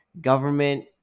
government